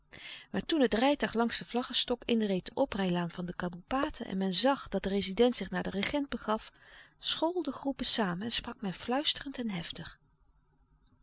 maar toen het rijtuig langs den vlaggestok inreed de oprijlaan van den kaboepaten en men zag dat de rezident zich naar den regent begaf schoolden groepen samen en sprak men fluisterend en heftig